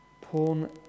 Porn